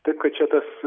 taip kad čia tas